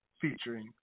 Featuring